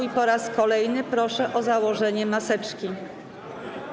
i po raz kolejny proszę o założenie maseczki.